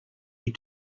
you